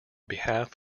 behalf